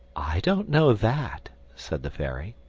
i don't know that, said the fairy.